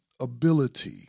ability